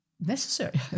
Necessary